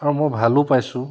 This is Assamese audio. আৰু মই ভালো পাইছোঁ